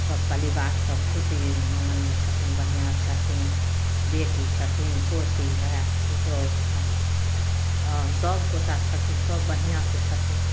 सपरिवार सभ खुशी मंगलमे छथिन बढ़िआँ छथिन बेटी छथिन पोती हइ पुतौहु हइ आओर सभगोटा छथिन सभ बढ़िआँसँ छथिन